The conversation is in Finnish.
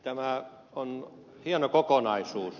tämä on hieno kokonaisuus